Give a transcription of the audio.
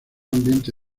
ambiente